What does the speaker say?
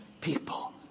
people